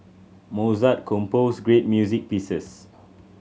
mozart composed great music pieces